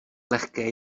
lehké